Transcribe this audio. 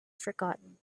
forgotten